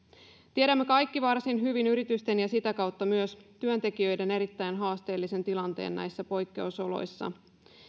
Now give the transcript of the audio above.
tiedämme kaikki varsin hyvin yritysten ja sitä kautta myös työntekijöiden erittäin haasteellisen tilanteen näissä poikkeusoloissa